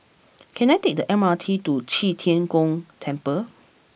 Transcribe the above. can I take the M R T to Qi Tian Gong Temple